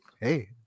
hey